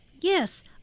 Yes